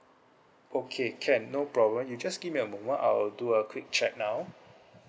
okay can no problem you just give me a moment I'll do a quick check now